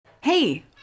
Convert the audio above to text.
hey